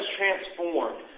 transformed